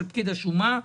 של פקיד השומה.